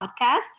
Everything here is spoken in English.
podcast